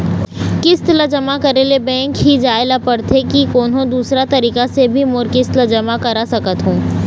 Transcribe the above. किस्त ला जमा करे ले बैंक ही जाए ला पड़ते कि कोन्हो दूसरा तरीका से भी मोर किस्त ला जमा करा सकत हो?